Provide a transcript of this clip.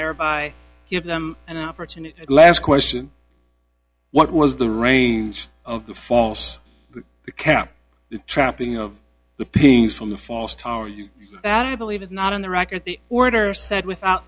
thereby give them an opportunity last question what was the range of the false cap trapping of the pings from the false tower you that i believe is not in the record the order said without